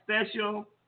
special